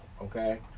okay